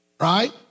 right